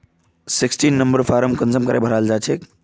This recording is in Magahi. सिक्सटीन नंबर फारम कुंसम भराल जाछे?